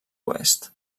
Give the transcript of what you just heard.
oest